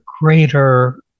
greater